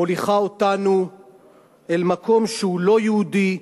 מוליכה אותנו אל מקום שהוא לא יהודי,